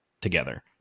together